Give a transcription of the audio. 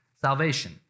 salvation